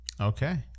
Okay